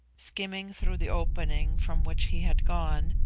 skimming through the opening from which he had gone,